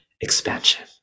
expansion